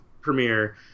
premiere